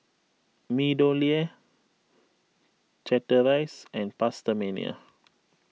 MeadowLea Chateraise and PastaMania